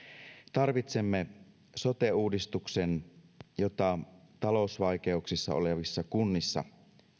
tarvitsemme sote uudistuksen jota talousvaikeuksissa olevissa kunnissa